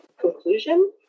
conclusion